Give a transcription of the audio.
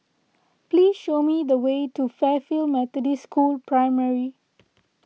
please show me the way to Fairfield Methodist School Primary